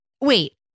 wait